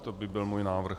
To by byl můj návrh.